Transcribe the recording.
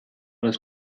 das